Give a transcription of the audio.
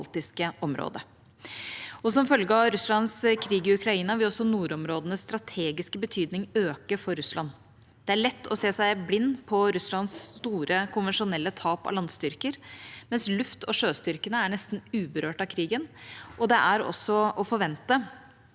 Som følge av Russlands krig i Ukraina vil også nordområdenes strategiske betydning øke for Russland. Det er lett å se seg blind på Russlands store konvensjonelle tap av landstyrker, mens luft- og sjøstyrkene er nesten uberørt av krigen. Det er også å forvente